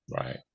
Right